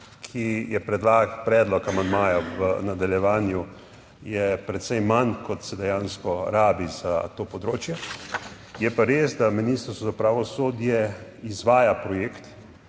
ki je predlagan, predlog amandmaja v nadaljevanju je precej manj kot se dejansko rabi za to področje, je pa res, da Ministrstvo za pravosodje izvaja projekt